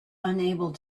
unable